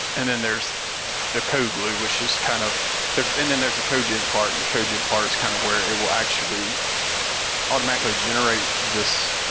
and then there's the code glue, which is kind of then then there's a code gen part and the code gen part is kind of where it will actually automatically generate this